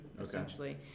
essentially